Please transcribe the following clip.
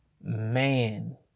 man